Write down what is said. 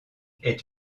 est